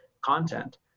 content